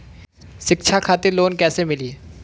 शिक्षा खातिर लोन कैसे मिली?